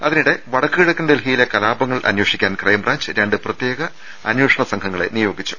അതിനിടെ വടക്കു കിഴക്കൻ ഡൽഹിയിലെ കലാപങ്ങൾ അന്വേഷിക്കാൻ ക്രൈംബ്രാഞ്ച് രണ്ട് പ്രത്യേക അന്വേഷണ സംഘങ്ങളെ നിയോഗി ച്ചു